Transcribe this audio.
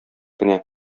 кенә